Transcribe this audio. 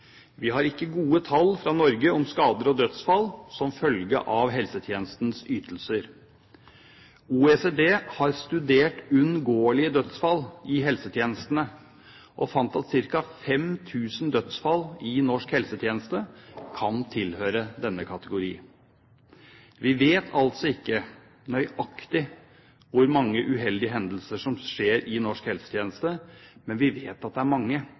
Vi har ikke gode tall fra Norge om skader og dødsfall som følge av helsetjenestens ytelser. OECD har studert uunngåelige dødsfall i helsetjenestene og fant at ca. 5 000 dødsfall i norsk helsetjeneste kan tilhøre denne kategori. Vi vet altså ikke nøyaktig hvor mange uheldige hendelser som skjer i norsk helsetjeneste, men vi vet at det er mange.